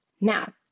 Now